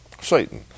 Satan